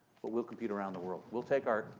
but we'll compete around the world. we'll take our,